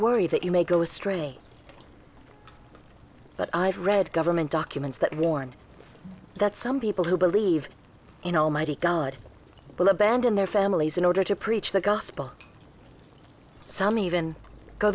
worry that you may go astray but i've read government documents that warn that some people who believe in almighty god band in their families in order to preach the gospel some even go